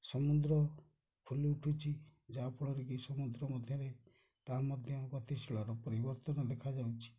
ସମୁଦ୍ର ଫୁଲି ଉଠୁଛି ଯାହାଫଳରେ କି ସମୁଦ୍ର ମଧ୍ୟରେ ତାହା ମଧ୍ୟ ଗତିଶୀଳର ପରିବର୍ତ୍ତନ ଦେଖାଯାଉଛି